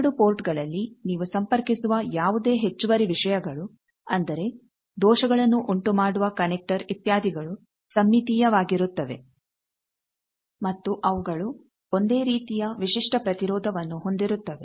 ಎರಡು ಪೋರ್ಟ್ಗಳಲ್ಲಿ ನೀವು ಸಂಪರ್ಕಿಸುವ ಯಾವುದೇ ಹೆಚ್ಚುವರಿ ವಿಷಯಗಳು ಅಂದರೆ ದೋಷಗಳನ್ನು ಉಂಟುಮಾಡುವ ಕನೆಕ್ಟರ್ ಇತ್ಯಾದಿಗಳು ಸಮ್ಮಿತೀಯವಾಗಿರುತ್ತವೆ ಮತ್ತು ಅವುಗಳು ಒಂದೇ ರೀತಿಯ ವಿಶಿಷ್ಟ ಪ್ರತಿರೋಧವನ್ನು ಹೊಂದಿರುತ್ತವೆ